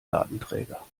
datenträger